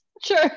sure